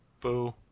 Boo